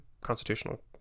constitutional